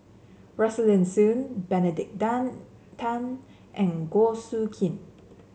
Rosaline Soon Benedict Dan Tan and Goh Soo Khim